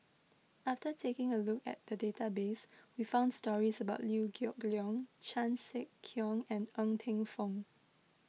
after taking a look at the database we found stories about Liew Geok Leong Chan Sek Keong and Ng Teng Fong